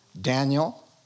Daniel